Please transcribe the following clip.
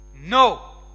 No